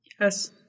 Yes